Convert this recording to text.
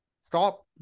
stop